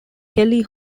kelly